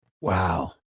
Wow